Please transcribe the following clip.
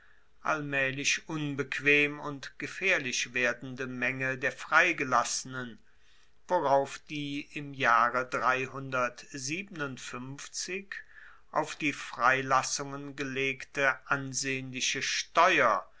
allmaehlich unbequem und gefaehrlich werdende menge der freigelassenen worauf die im jahre auf die freilassungen gelegte ansehnliche steuer